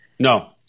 No